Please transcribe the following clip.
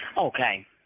Okay